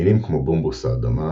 מינים כמו בומבוס האדמה,